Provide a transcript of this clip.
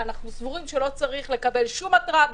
אנחנו סבורים שלא צריך לקבל שום התראה.